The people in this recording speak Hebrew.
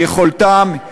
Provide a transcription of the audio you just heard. יכולתם,